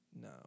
No